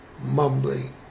mumbling